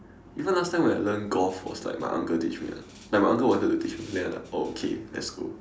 even last time when I learnt golf was like my uncle teach me [one] like my uncle wanted to teach me then I like oh okay let's go